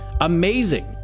amazing